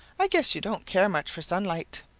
i guess you don't care much for sunlight.